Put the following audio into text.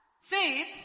faith